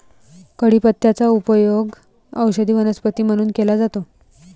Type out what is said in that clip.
कढीपत्त्याचा उपयोग औषधी वनस्पती म्हणून केला जातो